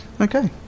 Okay